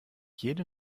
jede